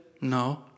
No